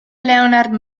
leonard